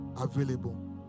available